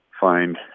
find